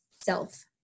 self